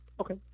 Okay